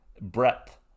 breadth